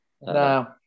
No